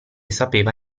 sapeva